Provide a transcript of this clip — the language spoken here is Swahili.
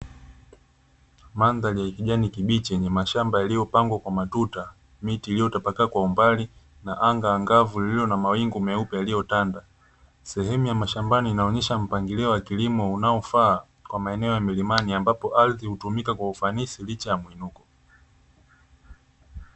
Mandhari ya kijani kibichi yenye mashamba yaliyopangwa kwa matuta miti iliyotapakaa kwa umbali na anga angavu lililo na mawingu meupe yaliyotanda. Sehemu ya mashambani inaonyesha mpangilio wa kilimo unaofaa kwa maeneo ya milimani ambapo ambapo ardhi hutumika kwa ufanisi licha ya udongo.